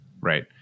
Right